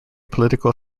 political